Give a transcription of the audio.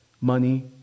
money